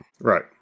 Right